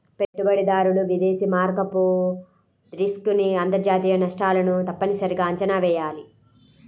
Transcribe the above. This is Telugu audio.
పెట్టుబడిదారులు విదేశీ మారకపు రిస్క్ ని అంతర్జాతీయ నష్టాలను తప్పనిసరిగా అంచనా వెయ్యాలి